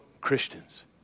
Christians